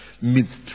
Midst